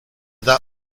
that